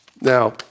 Now